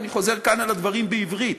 ואני חוזר כאן על הדברים בעברית.